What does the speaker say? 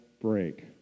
break